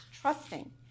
trusting